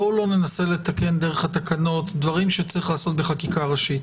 בואו לא ננסה לתקן דרך התקנות דברים שצריך לעשות בחקיקה ראשית.